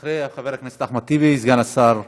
אחריה, חבר הכנסת אחמד טיבי, ואז סגן השר יעלה.